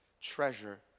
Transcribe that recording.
treasure